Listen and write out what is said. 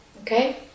Okay